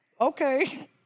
Okay